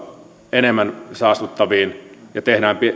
enemmän saastuttaviin ja tehdään